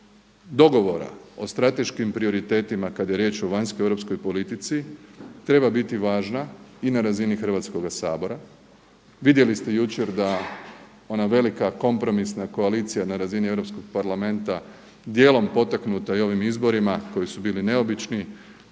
dogovora o strateškim prioritetima kad je riječ o vanjskoj i europskoj politici treba biti važna i na razini Hrvatskoga sabora. Vidjeli ste jučer da ona velika kompromisna koalicija na razini Europskog parlamenta dijelom potaknuta i ovim izborima koji su bili neobični